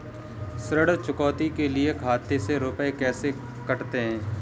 ऋण चुकौती के लिए खाते से रुपये कैसे कटते हैं?